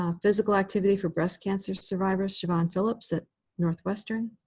um physical activity for breast cancer survivors, siobhan phillips at northwestern.